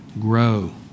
grow